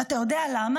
ואתה יודע למה?